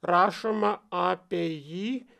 rašoma apie jį